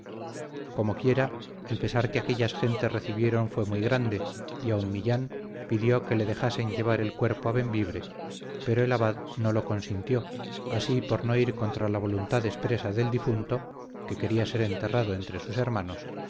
comoquiera el pesar que aquellas gentes recibieron fue muy grande y aun millán pidió que le dejasen llevar el cuerpo a bembibre pero el abad no lo consintió así por no ir contra la voluntad expresa del difunto que quería ser enterrado entre sus hermanos